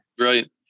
Right